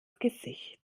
gesicht